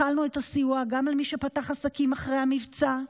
החלנו את הסיוע גם על מי שפתח עסקים אחרי המבצע.